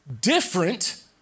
different